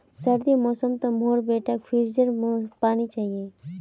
सर्दीर मौसम तो मोर बेटाक फ्रिजेर पानी चाहिए